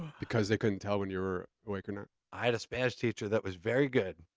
because they couldn't tell when you were awake or not? i had a spanish teacher that was very good.